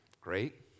Great